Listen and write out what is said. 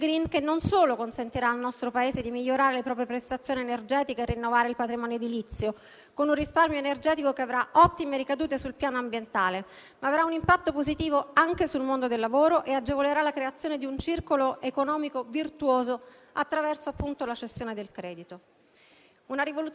che avrà un impatto positivo anche sul mondo del lavoro e agevolerà la creazione di un circolo economico virtuoso, attraverso appunto la cessione del credito. Tale rivoluzione *green* avrà il suo seguito naturale con un ulteriore provvedimento in arrivo, dedicato alla semplificazione e alla sburocratizzazione in materia di contratti pubblici e di edilizia.